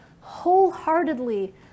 wholeheartedly